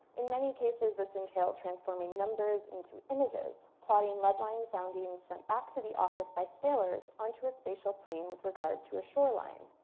in many cases this entailed transforming numbers into images plotting lead lines soundings sent back to the office by sailors onto a spatial plane with regard to a shoreline.